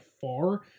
far